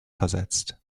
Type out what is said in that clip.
versetzt